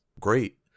great